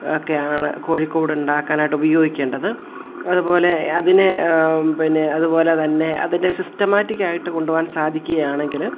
ഒക്കെയാണ് കോഴിക്കൂട് ഉണ്ടാക്കാൻ ആയിട്ട് ഉപയോഗിക്കേണ്ടത് അതുപോലെ അതിനെ പിന്നെ അതുപോലെ തന്നെ അതിന് സിസ്റ്റമാറ്റിക് ആയിട്ട് കൊണ്ടുപോവാൻ സാധിക്കുകയാണെങ്കിൽ